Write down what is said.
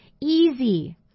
easy